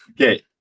okay